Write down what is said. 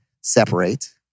separate